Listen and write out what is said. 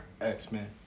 X-Men